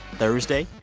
thursday,